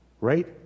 right